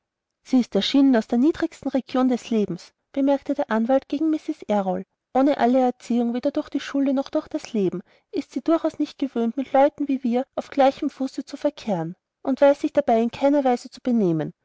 sie ist entschieden aus den niedersten regionen des lebens bemerkte der anwalt gegen mrs errol ohne alle erziehung weder durch die schule noch durch das leben ist sie durchaus nicht gewöhnt mit leuten wie wir auf gleichem fuße zu verkehren und weiß sich dabei in keiner weise zu benehmen